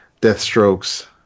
Deathstroke's